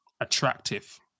attractive